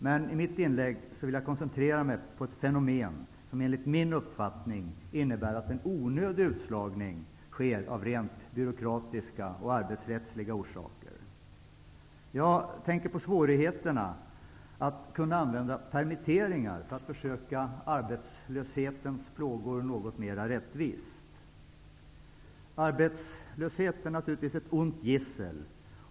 Men i mitt inlägg vill jag koncentrera mig på ett fenomen som enligt min uppfattning innebär att en onödig utslagning sker av rent byråkratiska och arbetsrättsliga orsaker. Jag tänker på svårigheterna att använda permitteringar för att försöka fördela arbetslöshetens plågor något mer rättvist. Arbetslöshet är naturligtvis ett ont gissel.